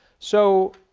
so,